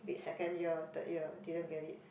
wait second year third year didn't get it